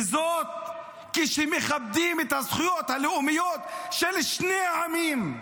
וזה כשמכבדים את הזכויות הלאומיות של שני העמים.